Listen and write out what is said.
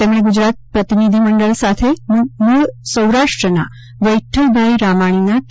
તેમણે ગુજરાત પ્રતિનિધિમંડળ સાથે મૂળ સૌરાષ્ટ્રના વિક્રલભાઇ રામાણીના કે